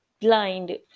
blind